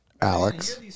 Alex